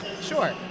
sure